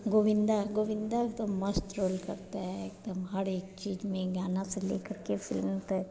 गोविन्दा गोविन्दा तो मस्त रोल करता है एकदम हर एक चीज़ में गाना से ले करके फ़िल्म तक